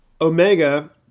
Omega